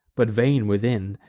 but vain within,